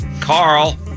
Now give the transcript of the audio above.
Carl